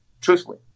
truthfully